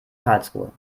karlsruhe